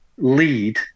lead